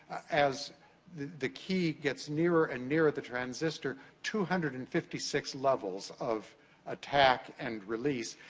as the key gets nearer and nearer the transistor, two hundred and fifty six levels of attack and release.